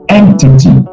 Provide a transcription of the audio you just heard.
entity